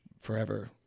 forever